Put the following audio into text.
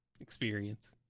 experience